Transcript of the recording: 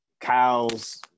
Cows